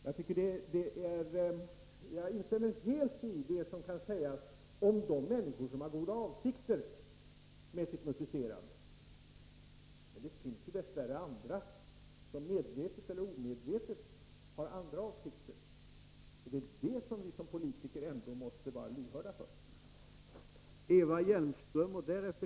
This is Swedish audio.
Jag instämmer helt i vad som kan sägas om de människor som har goda avsikter med sitt musicerande, men det finns dess värre andra som, medvetet eller omedvetet, har andra avsikter. Det är det som vi som politiker måste vara lyhörda för.